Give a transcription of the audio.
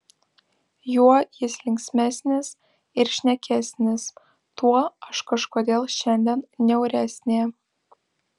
juo jis linksmesnis ir šnekesnis tuo aš kažkodėl šiandien niauresnė